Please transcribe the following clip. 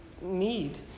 need